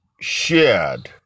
shared